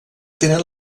tenen